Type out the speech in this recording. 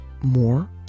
more